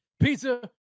pizza